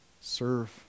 serve